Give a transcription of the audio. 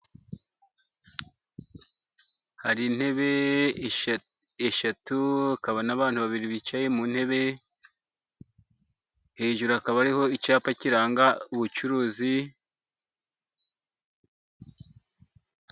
Hari intebe eshatu, hakaba n'abantu babiri bicaye mu ntebe, hejuru hakaba hariho icyapa kiranga ubucuruzi.